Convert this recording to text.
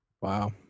Wow